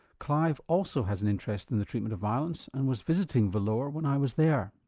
clive also has an interest in the treatment of violence and was visiting vellore when i was there.